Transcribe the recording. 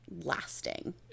lasting